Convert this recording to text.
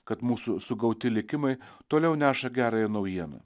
kad mūsų sugauti likimai toliau neša gerąją naujieną